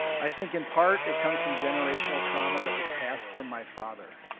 i think in part, it comes from generational trauma that was passed from my father.